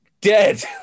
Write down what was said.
dead